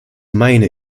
meine